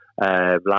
last